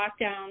lockdown